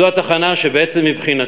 זו התחנה שמבחינתי